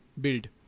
build